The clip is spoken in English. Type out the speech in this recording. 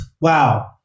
Wow